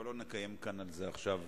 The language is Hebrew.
אבל לא נקיים כאן על זה עכשיו דיון.